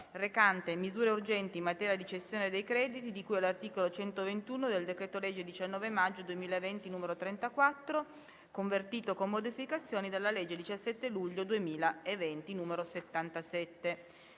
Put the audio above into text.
recante misure urgenti in materia di cessione dei crediti di cui all'articolo 121 del decreto-legge 19 maggio 2020, n. 34, convertito, con modificazioni, dalla legge 17 luglio 2020, n. 77»